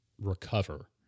recover